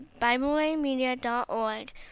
BibleWayMedia.org